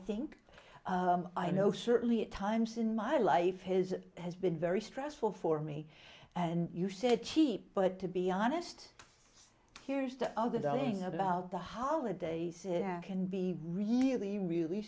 think i know shirley at times in my life his has been very stressful for me and you said cheap but to be honest here's the other day about the holidays can be really really